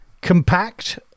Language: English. compact